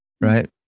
Right